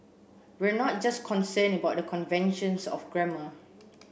we're not just concerned about the conventions of grammar